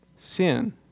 Sin